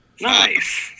Nice